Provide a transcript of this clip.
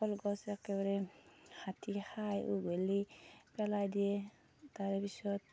কলগছ একেবাৰে হাতীয়ে খাই উঘালি পেলাই দিয়ে তাৰ পিছত